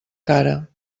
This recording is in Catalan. cara